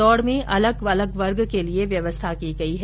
दौड़ में अलग अलग वर्ग के लिए व्यवस्था की गई है